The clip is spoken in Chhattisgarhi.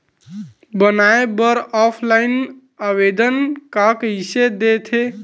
बनाये बर ऑफलाइन आवेदन का कइसे दे थे?